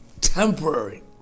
Temporary